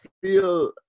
feel